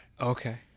Okay